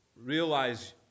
realize